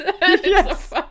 yes